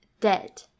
dead